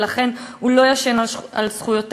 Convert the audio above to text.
ולכן הוא לא "ישן על זכויותיו",